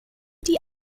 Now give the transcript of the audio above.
die